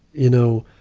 you know,